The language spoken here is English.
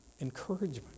encouragement